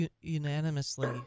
unanimously